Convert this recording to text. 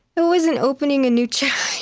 it wasn't opening a new chapter.